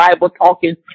Bible-talking